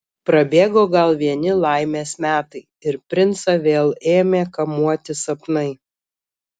prabėgo gal vieni laimės metai ir princą vėl ėmė kamuoti sapnai